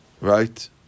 Right